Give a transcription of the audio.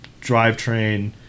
drivetrain